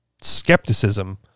skepticism